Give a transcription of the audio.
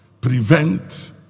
prevent